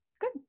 good